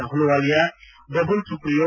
Ahluwalia Babul Supriyo